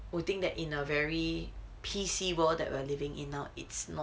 will think that in a very P_C world that we're living in now it's not